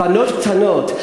בנות קטנות,